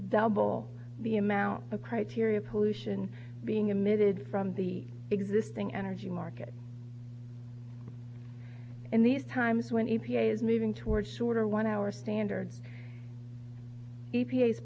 double the amount of criteria pollution being emitted from the existing energy market in these times when e p a is moving toward shorter one our standard e p